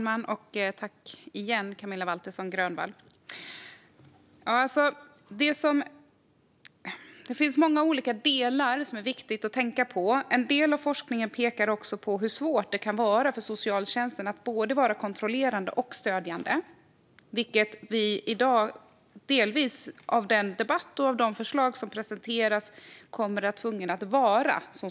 Fru talman! Tack igen, Camilla Waltersson Grönvall! Det finns många delar som är viktiga att tänka på. En del av forskningen pekar på hur svårt det kan vara för socialtjänsten att vara både kontrollerande och stödjande. Enligt debatten i dag och de förslag som presenteras, bland annat, kommer det tvunget att fortsätta vara så.